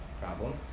problem